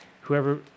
whoever